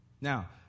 Now